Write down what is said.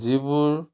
যিবোৰ